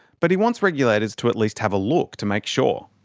but he wants regulators to at least have a look, to make sure.